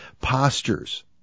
postures